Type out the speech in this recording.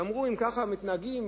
ואמרו: אם ככה מתנהגים,